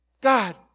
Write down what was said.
God